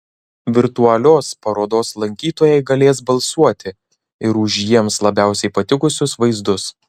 virtualios parodos lankytojai galės balsuoti ir už jiems labiausiai patikusius vaizdus